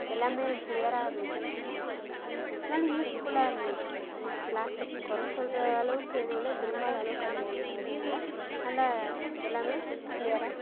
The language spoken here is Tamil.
எல்லாமே க்ளியராக இருந்துதுன்னு சொல்லலாம் நல்ல யூஸ் ஃபுல்லாக இருந்துச்சு கிளாஸ்ஸு குற சொல்லுற அளவுக்கு எதுவும் இல்லை விரும்பாத அளவுக்கு அதில் எதுவும் இல்லை நல்ல எல்லாமே க்ளியராக